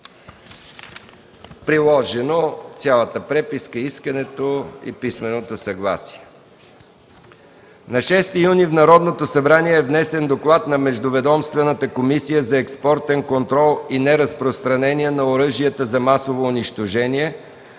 Приложени са цялата преписка, искането и писменото съгласие. На 6 юни 2013 г., в Народното събрание е внесен Доклад на Междуведомствената комисия за експортен контрол и неразпространение на оръжията за масово унищожение